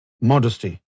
modesty